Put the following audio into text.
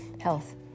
health